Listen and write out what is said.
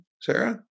Sarah